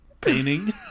painting